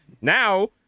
Now